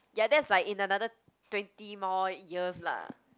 ya that's like in another twenty more years lah